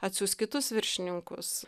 atsiųs kitus viršininkus